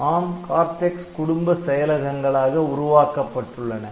இவை ARM Cortex குடும்ப செயலகங்களாக உருவாக்கப்பட்டுள்ளன